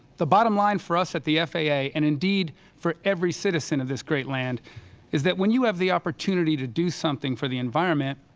the bottom line for us at the faa and indeed for every citizen of this great land is that when you have the opportunity to do something for the environment,